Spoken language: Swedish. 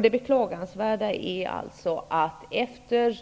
Det beklagansvärda är att efter